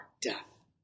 death